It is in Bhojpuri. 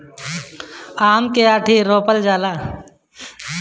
आम के आंठी रोपल जाला